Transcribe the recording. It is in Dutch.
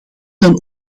dan